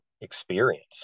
experience